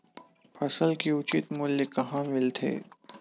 फसल के उचित मूल्य कहां मिलथे?